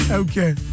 okay